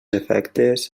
efectes